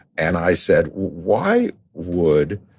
and i said, why would